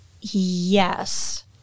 Yes